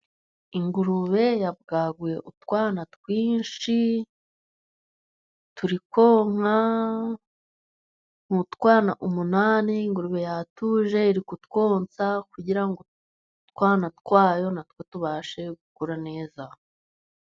Ingurube yabwaguye utwana twinshi, turikonka n'utwana umunani, ingurube yatuje iri kutwonsa, kugira ngo utwana twayo, natwo tubashe gukura neza.